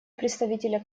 представителя